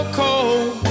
cold